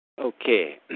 Okay